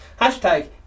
Hashtag